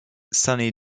sunny